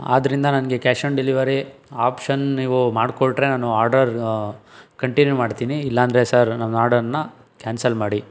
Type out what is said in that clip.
ಆದರಿಂದ ನನಗೆ cash on delivery option ನೀವು ಮಾಡಿಕೊಟ್ರೆ ನಾನು ಆರ್ಡರ್ ಕಂಟಿನ್ಯೂ ಮಾಡ್ತೀನಿ ಇಲ್ಲಾಂದರೆ ಸರ್ ನನ್ನ ಆರ್ಡರನ್ನು ಕ್ಯಾನ್ಸಲ್ ಮಾಡಿ